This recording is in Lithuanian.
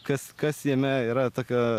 kas kas jame yra tokio